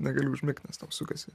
negali užmigt nes tau sukasi